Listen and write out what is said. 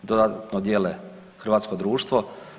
Dodatno dijele hrvatsko društvo.